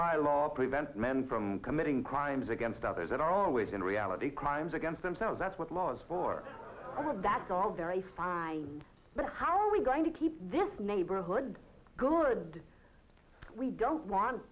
by law prevent men from committing crimes against others that are always in reality crimes against themselves that's what laws for that's all very fine but how are we going to keep this neighborhood good we don't want